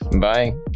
bye